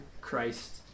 Christ